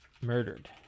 murdered